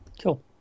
cool